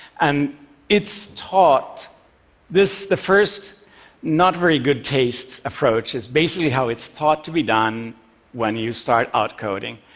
and it's taught this, the first not very good taste approach, is basically how it's taught to be done when you start out coding.